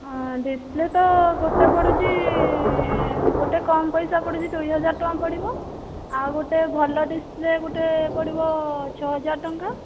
ହଁ ଡିସପ୍ଲେ ତ ଗୋଟେ ପଡ଼ୁଛି ଗୋଟେ କମ୍ ପଇସା ପଡ଼ୁଛି ଦୁଇହଜାର ଟଙ୍କା ପଡ଼ିବ ଆଉ ଗୋଟେ ଭଲ ଡିସପ୍ଲେ ଗୋଟେ ପଡ଼ିବ ଛଅହଜାର ଟଙ୍କା